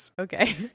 Okay